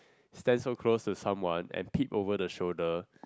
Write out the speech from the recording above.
stand so close to someone and peek over the shoulder